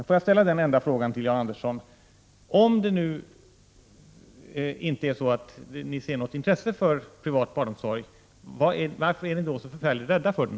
Får jag ställa en enda fråga till Jan Andersson: Om ni inte ser något intresse för privat barnomsorg, varför är ni då så förfärligt rädda för den?